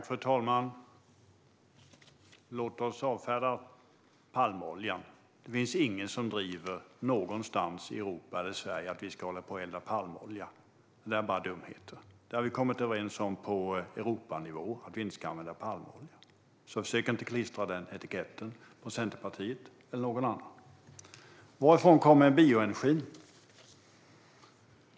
Fru talman! Låt oss avfärda palmoljan. Det finns ingen som någonstans i Europa eller i Sverige driver att vi ska hålla på och elda palmolja. Det där är bara dumheter. Vi har kommit överens på Europanivå om att vi inte ska elda palmolja, så försök inte klistra den etiketten på Centerpartiet eller på någon annan! Varifrån kommer bioenergin?